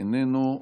איננו,